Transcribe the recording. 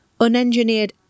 unengineered